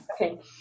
okay